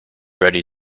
ready